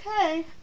okay